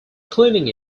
cleaning